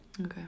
okay